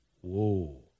whoa